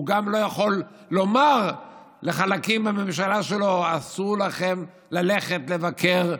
הוא גם לא יכול לומר לחלקים בממשלה שלו שאסור להם לבקר במוקטעה,